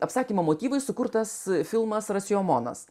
apsakymo motyvais sukurtas filmas rasjomonas